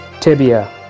tibia